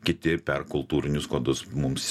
kiti per kultūrinius kodus mums